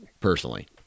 personally